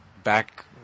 back